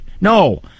No